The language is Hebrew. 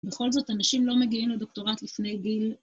בכל זאת, אנשים לא מגיעים לדוקטורט לפני גיל.